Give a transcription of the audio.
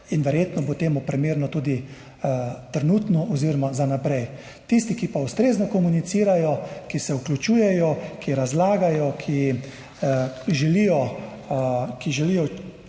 Verjetno bo temu primerno tudi trenutno oziroma za naprej. Tisti, ki ustrezno komunicirajo, ki se vključujejo, ki razlagajo, ki želijo